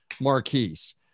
Marquise